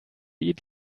eat